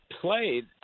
played